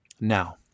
Now